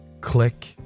Click